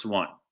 one